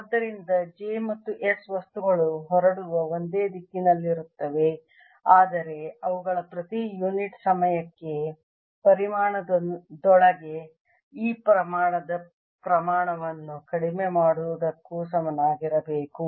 ಆದ್ದರಿಂದ j ಮತ್ತು s ವಸ್ತುಗಳು ಹೊರಡುವ ಒಂದೇ ದಿಕ್ಕಿನಲ್ಲಿರುತ್ತವೆ ಆದರೆ ಅವುಗಳು ಪ್ರತಿ ಯುನಿಟ್ ಸಮಯಕ್ಕೆ ಪರಿಮಾಣದೊಳಗೆ ಈ ಪ್ರಮಾಣದ ಪ್ರಮಾಣವನ್ನು ಕಡಿಮೆ ಮಾಡುವುದಕ್ಕೂ ಸಮನಾಗಿರಬೇಕು